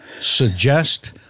suggest